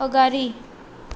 अगाडि